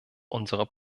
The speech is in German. unserer